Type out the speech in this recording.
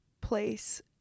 place